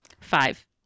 Five